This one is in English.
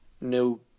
no